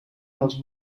els